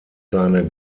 seine